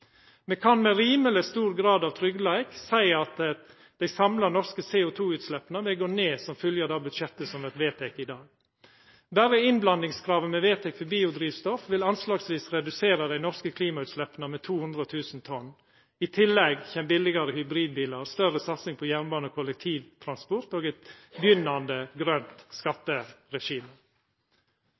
Me kan med rimeleg stor grad av tryggleik seia at dei samla norske CO2-utsleppa vil gå ned som fylgje av det budsjettet som vert vedteke i dag. Berre innblandingskravet me vedtek for biodrivstoff, vil anslagsvis redusera dei norske klimautsleppa med 200 000 tonn. I tillegg kjem billegare hybridbilar, større satsing på jernbane og kollektivtransport og eit begynnande grønt skatteregime.